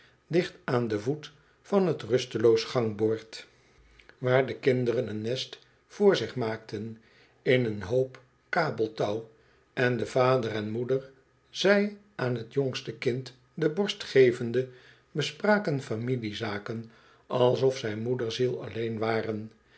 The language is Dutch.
aan den voet van t rusteloos gangboord waar de kinderen een nest voor zich maakten in een hoop kabeltouw en de vader en moeder zij aan t jongste kind de borst gevende bespraken familiezaken alsof zij moederziel alleen waren